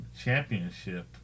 championship